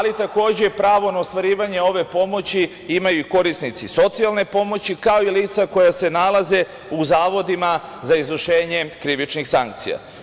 Takođe, pravo na ostvarivanje ove pomoći imaju i korisnici socijalne pomoći, kao i lica koja se nalaze u zavodima za izvršenje krivičnih sankcija.